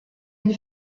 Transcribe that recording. une